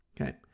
okay